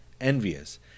envious